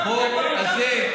הקמתם ועדה,